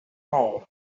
now